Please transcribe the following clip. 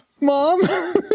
Mom